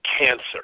Cancer